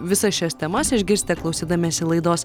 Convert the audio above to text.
visas šias temas išgirsite klausydamiesi laidos